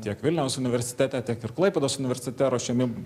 tiek vilniaus universitete tiek ir klaipėdos universitete ruošiami